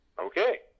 Okay